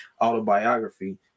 autobiography